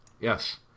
Yes